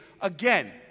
Again